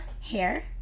Hair